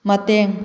ꯃꯇꯦꯡ